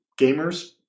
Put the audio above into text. gamers